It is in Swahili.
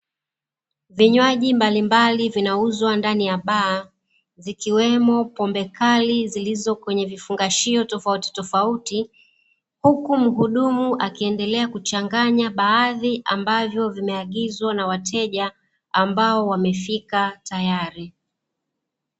Vinywaji mbalimbali vinauzwa ndani ya baa, zikiwemo pombe kali zilizo kwenye vifungashio tofauti tofauti, huku mhudumu akiendelea kuchanganya baadhi ambavyo vimeagizwa na wateja, ambao wamefika tayari.